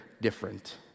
different